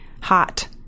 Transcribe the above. hot